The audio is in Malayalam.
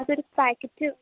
അതൊരു പാക്കറ്റ്